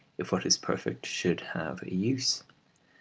if what is perfect should have a use.